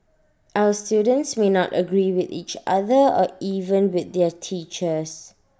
our students may not agree with each other or even with their teachers